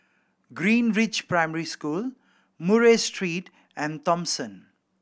Greenridge Primary School Murray Street and Thomson